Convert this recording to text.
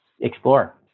explore